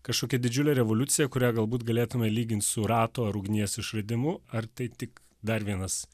kažkokia didžiulė revoliucija kurią galbūt galėtume lygint su rato ar ugnies išradimu ar tai tik dar vienas